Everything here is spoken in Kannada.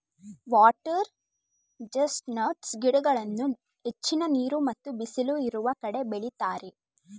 ವಾಟರ್ ಚೆಸ್ಟ್ ನಟ್ಸ್ ಗಿಡಗಳನ್ನು ಹೆಚ್ಚಿನ ನೀರು ಮತ್ತು ಬಿಸಿಲು ಇರುವ ಕಡೆ ಬೆಳಿತರೆ